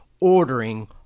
ordering